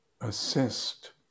assist